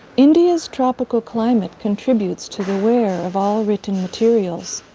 india's tropical climate contributes to the wear of all written materials.